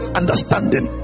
understanding